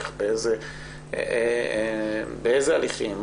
באיזה הליכים,